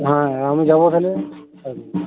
হ্যাঁ আমি যাবো তাহলে ওই দিন